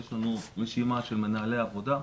יש לנו רשימה של מנהלי עבודה,